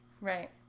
Right